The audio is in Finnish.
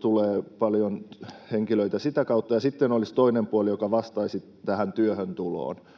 tulee paljon henkilöitä sitä kautta — ja sitten olisi toinen puoli, joka vastaisi tähän työhön tuloon,